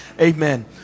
amen